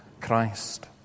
Christ